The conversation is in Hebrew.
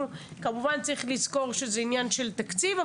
כמובן שצריך לזכור שזה עניין של תקציב,